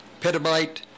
petabyte